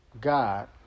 God